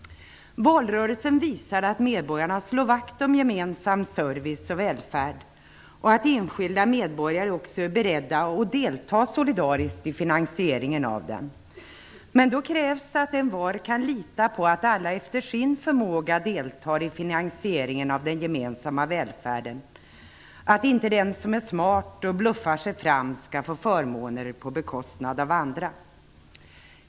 Valrörelsen visade att medborgarna slår vakt om gemensam service och välfärd, och att enskilda medborgare också är beredda att delta solidariskt i finansieringen av dessa. Men då krävs det att envar kan lita på att alla efter sin förmåga deltar i finansieringen av den gemensamma välfärden - att inte den som är smart och bluffar sig fram skall få förmåner på bekostnad av andra.